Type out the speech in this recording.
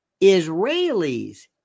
Israelis